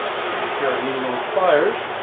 using a pair of needle-nose pliers,